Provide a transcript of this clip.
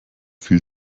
viel